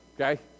Okay